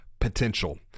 potential